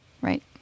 Right